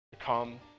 come